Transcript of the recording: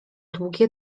długie